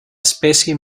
especie